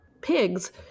pigs